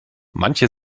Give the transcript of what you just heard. manche